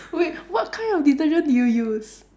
wait what kind of detergent did you use